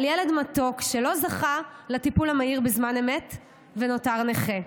ילד מתוק שלא זכה לטיפול המהיר בזמן אמת ונותר נכה.